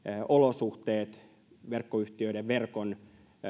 olosuhteet esimerkiksi verkon